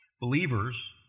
Believers